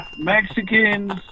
Mexicans